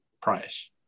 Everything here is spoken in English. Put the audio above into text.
price